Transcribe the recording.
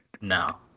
No